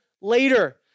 later